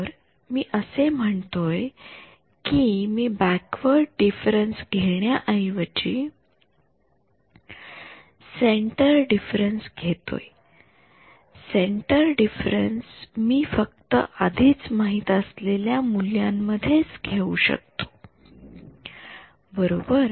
तर मी असे म्हणतोय कि मी बॅकवर्ड डिफरन्स घेण्या ऐवजी सेन्टर डिफरन्स घेतोय सेन्टर डिफरन्स मी फक्त आधीच माहित असलेल्या मूल्यां मध्येच घेऊ शकतो बरोबर